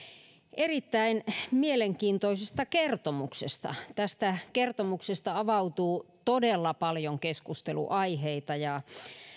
erittäin mielenkiintoisesta kertomuksesta tästä kertomuksesta avautuu todella paljon keskustelunaiheita ja